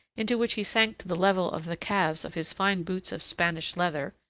into which he sank to the level of the calves of his fine boots of spanish leather,